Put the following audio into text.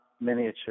miniature